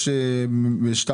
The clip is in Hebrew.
סעיף 2